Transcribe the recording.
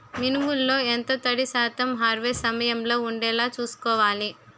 మినుములు లో ఎంత తడి శాతం హార్వెస్ట్ సమయంలో వుండేలా చుస్కోవాలి?